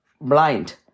blind